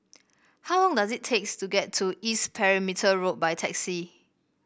how long does it takes to get to East Perimeter Road by taxi